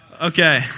Okay